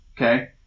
okay